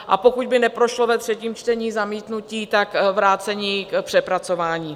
A pokud by neprošlo ve třetím čtení zamítnutí, tak vrácení k přepracování.